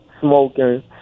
smoking